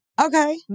Okay